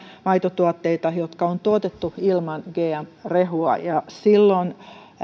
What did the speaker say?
maitotuotteita jotka on tuotettu ilman gm rehua silloin